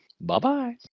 Bye-bye